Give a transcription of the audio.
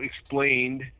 explained